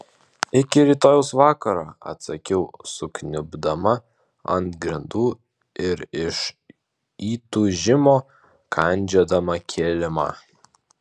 iki rytojaus vakaro atsakiau sukniubdama ant grindų ir iš įtūžimo kandžiodama kilimą